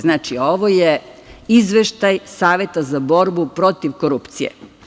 Znači, ovo je Izveštaj Saveta za borbu protiv korupcije.